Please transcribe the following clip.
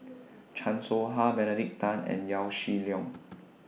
Chan Soh Ha Benedict Tan and Yaw Shin Leong